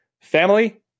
family